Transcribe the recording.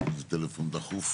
יש לי איזה טלפון דחוף.